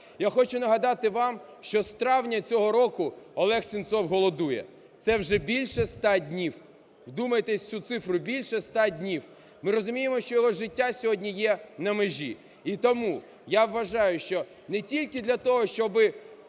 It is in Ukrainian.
Я хочу нагадати вам, що з травня цього року Олег Сенцов голодує – це вже більше ста днів. Вдумайтеся в цю цифру: більше ста днів! Ми розуміємо, що його життя сьогодні є на межі. І тому я вважаю, що не тільки для того, щоби